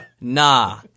nah